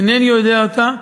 אינני יודע אותה.